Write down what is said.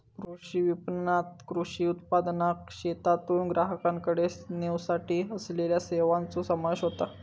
कृषी विपणणात कृषी उत्पादनाक शेतातून ग्राहकाकडे नेवसाठी असलेल्या सेवांचो समावेश होता